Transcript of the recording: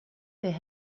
their